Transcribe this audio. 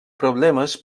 problemes